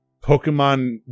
Pokemon